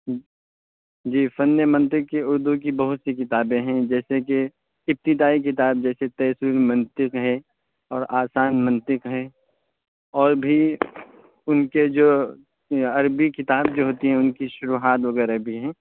جی فن منطق کی اردو کی بہت سی کتابیں ہیں جیسے کہ ابتدائی کتاب جیسے تیسر المنطق ہے اور آسان منطق ہے اور بھی ان کے جو یہ عربی کتاب جو ہوتی ہے ان کی شروحات وغیرہ بھی ہیں